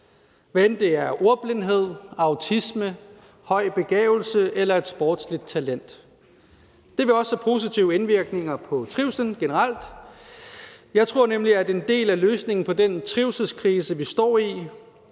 hvad enten det er ordblindhed, autisme, høj begavelse eller et sportsligt talent. Det vil også have positiv indvirkning på trivslen generelt – jeg tror nemlig, at en del af løsningen på den trivselskrise, vi står i,